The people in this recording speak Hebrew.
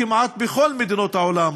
כמעט בכל מדינות העולם,